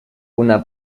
una